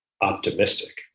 optimistic